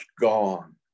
gone